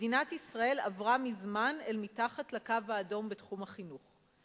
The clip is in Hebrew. מדינת ישראל עברה מזמן אל מתחת לקו האדום בתחום החינוך.